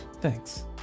Thanks